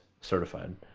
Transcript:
Certified